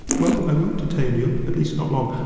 well, i won't detain you at least, not long.